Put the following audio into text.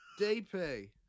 DP